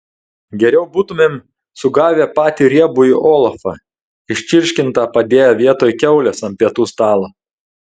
geriau būtumėm sugavę patį riebųjį olafą iščirškintą padėję vietoj kiaulės ant pietų stalo